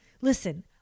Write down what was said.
listen